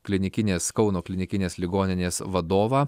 klinikinės kauno klinikinės ligoninės vadovą